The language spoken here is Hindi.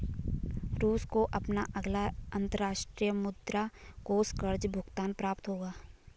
रूस को अपना अगला अंतर्राष्ट्रीय मुद्रा कोष कर्ज़ भुगतान प्राप्त होगा